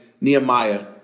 Nehemiah